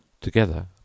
Together